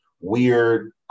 weird